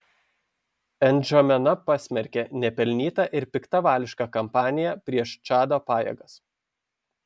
ndžamena pasmerkė nepelnytą ir piktavališką kampaniją prieš čado pajėgas